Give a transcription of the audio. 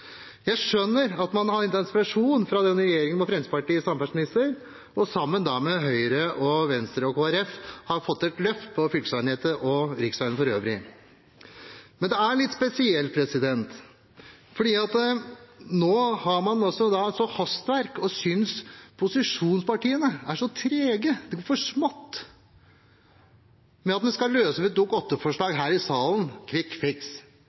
Jeg skjønner at man har hentet inspirasjon fra denne regjeringen, der Fremskrittspartiet har samferdselsministeren og sammen med Høyre, Venstre og Kristelig Folkeparti har fått til et løft på fylkesveinettet og riksveiene for øvrig. Men det er litt spesielt at man nå har hastverk og synes posisjonspartiene er så trege, at det går så smått at man vil løse det med